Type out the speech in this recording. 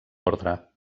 ordre